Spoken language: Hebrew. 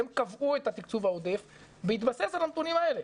והם קבעו את התקצוב העודף בהתבסס על הנתונים האלה,